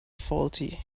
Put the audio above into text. faulty